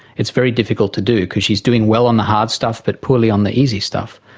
it's very difficult to do because she is doing well on the hard stuff but poorly on the easy stuff.